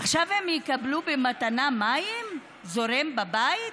עכשיו הם יקבלו במתנה מים זורמים בבית?